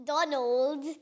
Donald